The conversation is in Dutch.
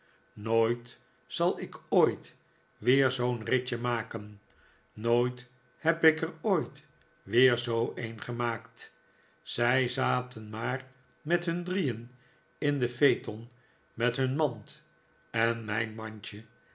nooit zal ik ooit weer zoo'n ritje maken nooit heb ik er ooit weer zoo een gemaakt zij zaten maar met hun drieen in den phaeton met hun mand en mijn mandje